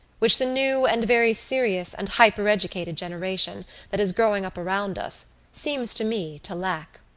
which the new and very serious and hypereducated generation that is growing up around us seems to me to lack.